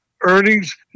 earnings